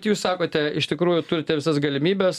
jūs sakote iš tikrųjų turite visas galimybes